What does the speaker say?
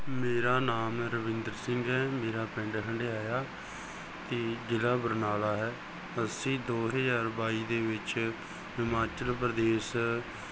ਮੇਰਾ ਨਾਮ ਰਵਿੰਦਰ ਸਿੰਘ ਹੈ ਮੇਰਾ ਪਿੰਡ ਹੰਡਿਆਇਆ ਤੇ ਜਿਲਾ ਬਰਨਾਲਾ ਹੈ ਅਸੀਂ ਦੋ ਹਜਾਰ ਬਾਈ ਦੇ ਵਿੱਚ ਹਿਮਾਚਲ ਪ੍ਰਦੇਸ਼